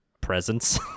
presence